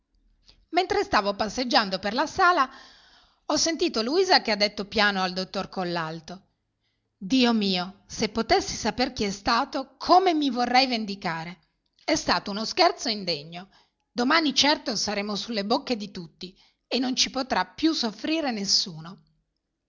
mentre stavo passeggiando per la sala ho sentito luisa che ha detto piano al dottor collalto dio mio se potessi saper chi è stato come mi vorrei vendicare è stato uno scherzo indegno domani certo saremo sulle bocche di tutti e non ci potrà più soffrire nessuno